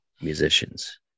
musicians